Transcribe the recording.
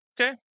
Okay